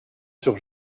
sur